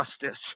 justice